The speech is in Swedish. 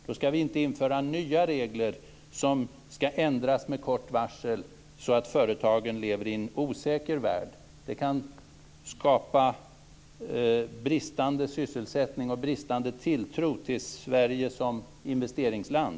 Då skall vi inte införa nya regler som skall ändras med kort varsel, så att företagen lever i en osäker värld. Det kan skapa bristande sysselsättning och bristande tilltro till Sverige som investeringsland.